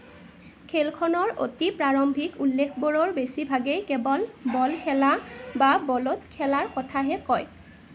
খেলখনৰ অতি প্ৰাৰম্ভিক উল্লেখবোৰৰ বেছিভাগেই কেৱল বল খেলা বা বলত খেলাৰ কথাহে কয়